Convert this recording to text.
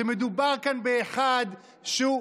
שמדובר כאן באחד שהוא,